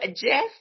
Jeff